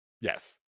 Yes